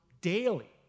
daily